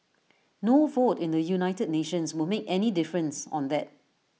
no vote in the united nations will make any difference on that